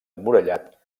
emmurallat